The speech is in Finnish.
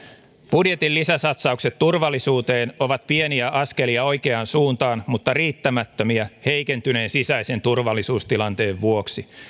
budjetin lisäsatsaukset turvallisuuteen ovat pieniä askelia oikeaan suuntaan mutta riittämättömiä heikentyneen sisäisen turvallisuustilanteen vuoksi